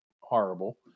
horrible